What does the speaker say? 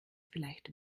vielleicht